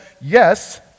yes